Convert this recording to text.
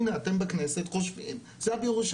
הנה, אתם בכנסת חושבים שזה היה בירושלים.